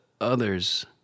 others